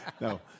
No